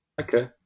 okay